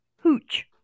hooch